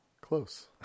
close